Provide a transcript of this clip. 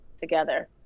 together